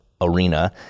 arena